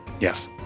Yes